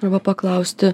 arba paklausti